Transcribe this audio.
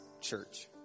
church